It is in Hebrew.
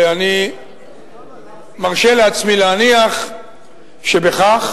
ואני מרשה לעצמי להניח שבכך,